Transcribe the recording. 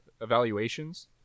evaluations